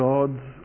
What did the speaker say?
God's